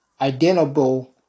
identifiable